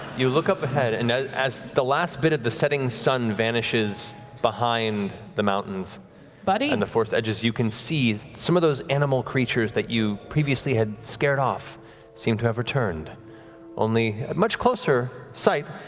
you look up ahead, and as as the last bit of the setting sun vanishes behind the mountains buddy? matt and the forest edges, you can see some of those animal creatures that you previously had scared off seem to have returned only much closer sight,